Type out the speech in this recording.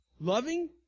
Loving